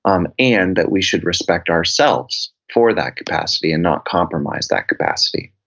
um and that we should respect ourselves for that capacity and not compromise that capacity.